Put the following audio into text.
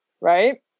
right